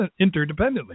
interdependently